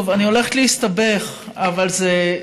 טוב, אני הולכת להסתבך, אבל זה,